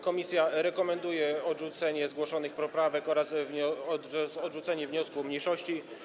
Komisja rekomenduje odrzucenie zgłoszonych poprawek oraz odrzucenie wniosku mniejszości.